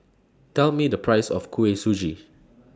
Tell Me The Price of Kuih Suji